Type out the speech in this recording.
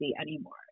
anymore